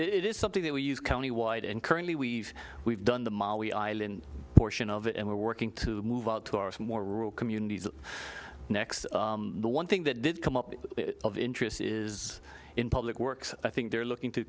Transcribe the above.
it is something that we use countywide and currently we've we've done the ma we island portion of it and we're working to move out to our more rural communities next the one thing that did come up of interest is in public works i think they're looking to